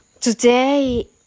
today